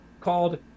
called